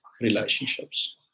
relationships